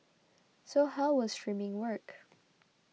so how will streaming work